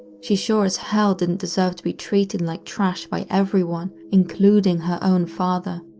she sure as hell didn't deserve to be treated like trash by everyone, including her own father.